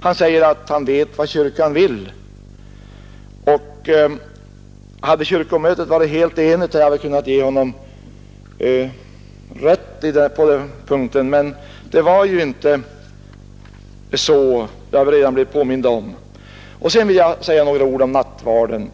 Han säger att han vet vad kyrkan vill, och om kyrkomötet varit helt enigt hade jag väl kunnat ge honom rätt på den punkten, men det var ju inte så — det har vi redan blivit påminda om. Sedan vill jag säga några ord om nattvarden.